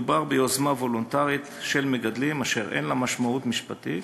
מדובר ביוזמה וולונטרית של מגדלים שאין לה משמעות משפטית,